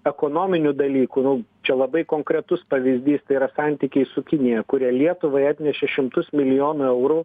ekonominių dalykų nu čia labai konkretus pavyzdys tai yra santykiai su kinija kurie lietuvai atnešė šimtus milijonų eurų